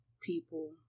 people